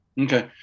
okay